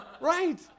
Right